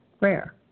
rare